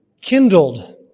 kindled